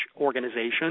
Organization